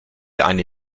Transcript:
eine